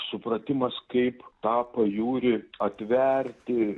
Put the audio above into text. supratimas kaip tą pajūrį atverti